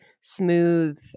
smooth